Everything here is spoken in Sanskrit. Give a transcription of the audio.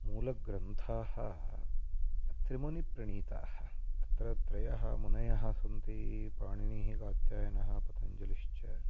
मूलग्रन्थाः त्रिमुनिप्रणीताः तत्र त्रयः मुनयः सन्ति पाणिनिः कात्यायनः पतञ्जलिश्च